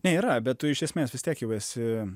ne yra bet tu iš esmės vis tiek jau esi